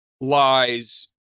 lies